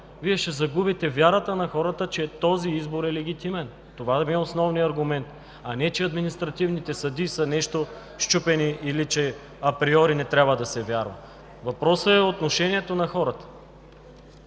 Вие ще загубите вярата на хората, че този избор е легитимен. Това е основният ми аргумент, а не че административните съдии са нещо счупени или че априори не трябва да се вярва. Въпросът е отношението на хората.